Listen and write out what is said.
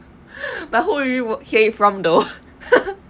but who you work !hey! from though